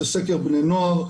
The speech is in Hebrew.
זה סקר בני נוער,